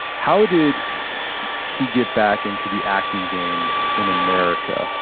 how did he get back into the acting game in america?